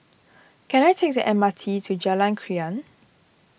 can I take the M R T to Jalan Krian